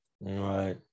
Right